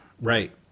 Right